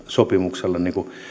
sopimuksella